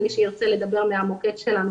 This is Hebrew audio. למי שירצה לדבר מהמוקד שלנו,